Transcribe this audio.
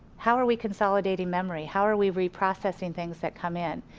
how are we consolidating memory? how are we re-processing things that come in.